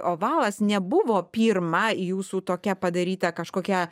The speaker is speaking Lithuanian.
ovalas nebuvo pirma jūsų tokia padaryta kažkokia